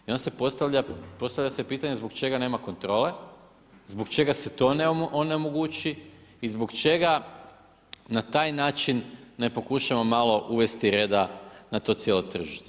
I onda se postavlja pitanje zbog čega nema kontrole, zbog čega se to onemogući i zbog čega na taj način ne pokušamo malo uvesti reda na to cijelo tržište.